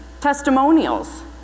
testimonials